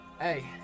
Hey